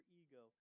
ego